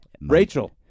Rachel